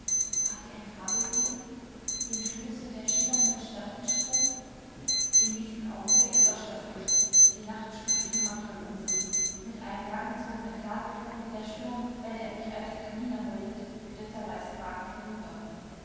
war sie ein fabelwesen dem schoße der schillernden stadt entsprungen im nächsten augenblick erlosch das licht die nacht schlug ihren mantel um sie mit einem langgezogenen klageton wie der sturm wenn er durch alte kamine heult glitt der weiße wagen vorüber